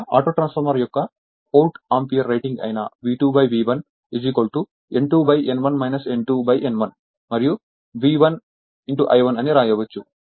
లేదా auto transformer యొక్క volt ampere rating అయిన V2 V1 N2 N1 N2 N1 మరియు V1 I1 అని వ్రాయవచ్చు